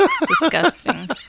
Disgusting